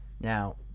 Now